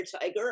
tiger